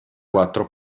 quattro